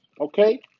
okay